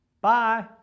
Bye